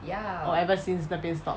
oh ever since 那边 stop